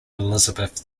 elizabeth